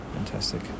fantastic